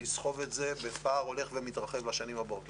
יסחוב את זה בפער הולך ומתרחב לשנים הבאות.